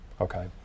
Okay